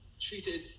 treated